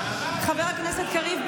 חבר הכנסת קריב,